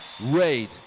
Raid